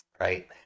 right